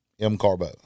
M-Carbo